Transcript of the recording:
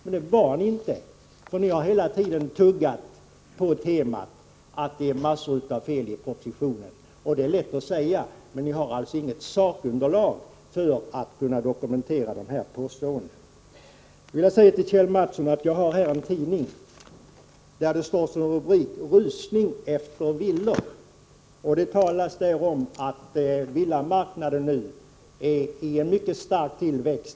Men det var ni inte, utan ni har hela tiden tuggat på temat att det är massor av fel i propositionen. Det är lätt att säga, men ni har alltså inget sakunderlag för att kunna dokumentera dessa påståenden. Jag vill till Kjell Mattsson också säga att jag här har en tidning där det som rubrik står: Rusning efter villor. Det talas om att villamarknaden nu befinner sig i mycket stark tillväxt.